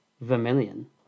vermilion